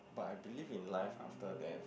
but I believe in life after death